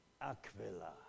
Aquila